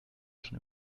schon